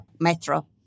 metro